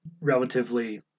relatively